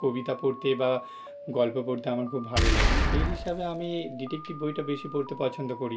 কবিতা পড়তে বা গল্প পড়তে আমার খুব ভালো লাগে সেই হিসাবে আমি ডিটেক্টিভ বইটা বেশি পড়তে পছন্দ করি